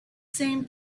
same